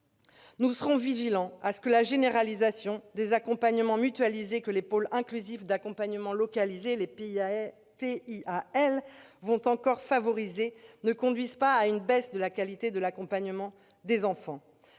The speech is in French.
Nous veillerons à ce que la généralisation des accompagnements mutualisés, que les pôles inclusifs d'accompagnement localisés, les PIAL, vont encore favoriser, ne conduise pas à une baisse de la qualité de l'accompagnement des enfants.